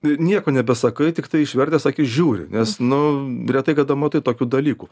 nieko nebesakai tiktai išvertęs akis žiūri nes nu retai kada matai tokių dalykų